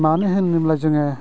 मानोहोनोब्ला जोङो